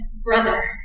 Brother